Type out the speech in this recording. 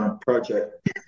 project